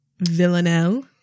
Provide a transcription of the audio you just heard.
Villanelle